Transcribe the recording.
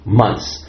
months